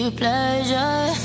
pleasure